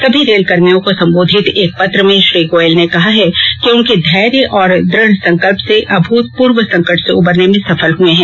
सभी रेलकर्मियों को संबोधित एक पत्र में श्री गोयल ने कहा है कि उनके धैर्य और दृढ़ संकल्प से अभूतपूर्व संकट से उबरने में सफल हुए हैं